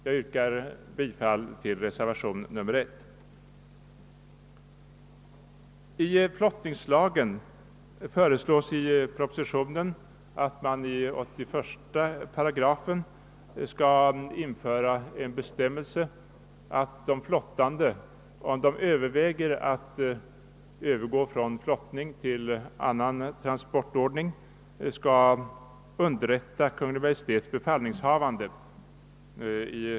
Jag yrkar bifall till reservation I. Det föreslås i propositionen att man i 81 8 flottningslagen skall införa en bestämmelse, att de flottande, om de överväger att övergå från flottning till annan transportordning, skall underrätta Kungl. Maj:ts befallningshavande.